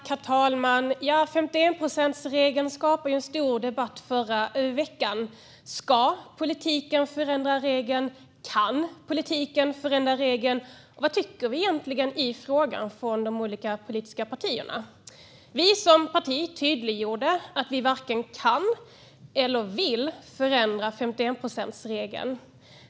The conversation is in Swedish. Herr talman! Den så kallade 51-procentsregeln skapade stor debatt förra veckan. Ska politiken förändra regeln? Kan politiken förändra regeln, och vad tycker de olika politiska partierna i frågan? Vi som parti tydliggjorde att vi varken kan eller vill förändra 51-procentsregeln.